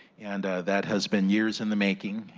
and that has been years in the making.